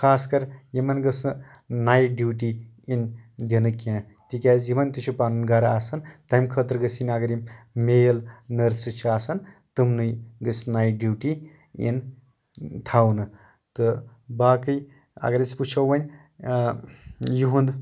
خاص کر یِم گٔژھ نہٕ نایِٹ ڈیوٹی یِن دِنہٕ کیٚنٛہہ تِکیازِ یِمن تہِ چھُ پَنُن گرٕ آسان تَمہِ خٲطرٕ گژھِ یم اَگر یِم میل نٔرسہٕ چھِ آسان تِمنٕے گٔژھ نایٹ ڈیوٹی یِنۍ تھاونہٕ تہٕ باقٕے اَگر أسۍ وٕچھو وۄنۍ یِہُنٛد